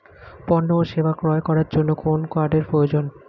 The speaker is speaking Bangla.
পণ্য ও সেবা ক্রয় করার জন্য কোন কার্ডের প্রয়োজন?